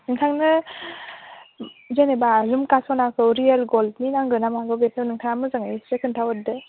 नोंथांनो जेनोबा जुमखा स'नाखौ रियेल ग'ल्डनि नांगौ ना मागौ बेखौ नोंथाङा मोजाङै एसे खोन्था हरदो